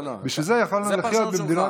בשביל זה יכולנו לחיות במדינות,